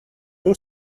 too